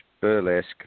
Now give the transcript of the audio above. burlesque